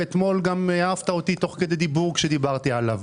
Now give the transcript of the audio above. ואתמול גם העפת אותי תוך כדי דיבור כאשר דיברתי עליו.